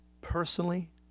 personally